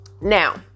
Now